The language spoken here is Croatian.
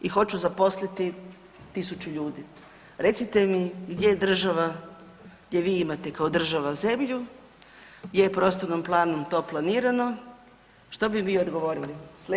I hoću zaposliti 1000 ljudi, recite mi gdje država, gdje vi imate kao država zemlju, gdje je prostornim planom to planirano, što bi vi odgovorili?